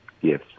Yes